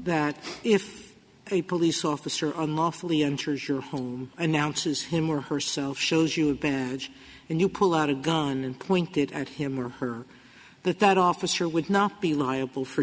that if a police officer unlawfully enters your home announces him or herself shows you a badge and you pull out a gun and pointed at him or her that that officer would not be liable for